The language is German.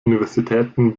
universitäten